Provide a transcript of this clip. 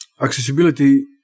accessibility